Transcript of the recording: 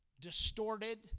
distorted